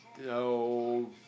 No